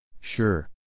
Sure